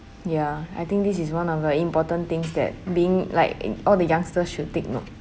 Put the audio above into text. ya I think this is one of a important things that being like i~ all the youngsters should take note